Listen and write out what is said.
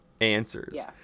answers